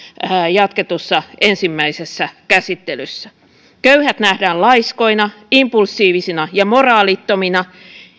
jatketussa ensimmäisessä käsittelyssä köyhät nähdään laiskoina impulsiivisina ja moraalittomina